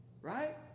right